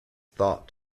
thought